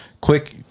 Quick